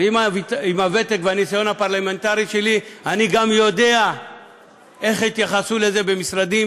ועם הוותק והניסיון הפרלמנטרי שלי אני גם יודע איך יתייחסו לזה במשרדים